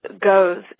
goes